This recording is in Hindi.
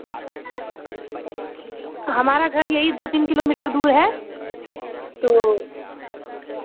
हमारा घर यही दो तीन किलोमीटर दूर है तो